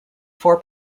four